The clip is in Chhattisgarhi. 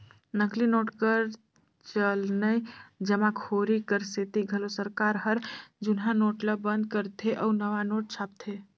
नकली नोट कर चलनए जमाखोरी कर सेती घलो सरकार हर जुनहा नोट ल बंद करथे अउ नावा नोट छापथे